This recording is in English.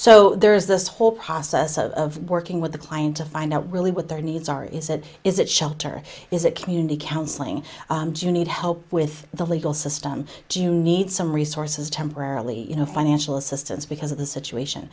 so there is this whole process of working with the client to find out really what their needs are is it is it shelter is it community counseling jus need help with the legal system do you need some resources temporarily you know financial assistance because of the situation